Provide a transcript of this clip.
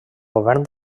govern